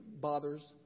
bothers